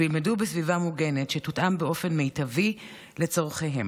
וילמדו בסביבה מוגנת שתותאם באופן מיטבי לצורכיהם.